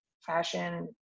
fashion